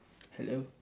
hello